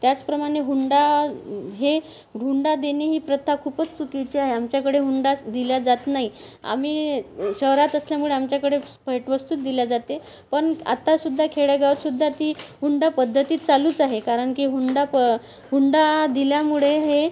त्याचप्रमाणे हुंडा हे हुंडा देणे ही प्रथा खूपच चुकीची आहे आमच्याकडे हुंडाच दिला जात नाही आम्ही शहरात असल्यामुळे आमच्याकडे भेटवस्तुच दिल्या जाते पण आता सुद्धा खेडेगावात सुद्धा ती हुंडा पद्धती चालूच आहे कारण की हुंडा प हुंडा दिल्यामुळे हे